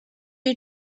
you